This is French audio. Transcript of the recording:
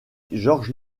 georges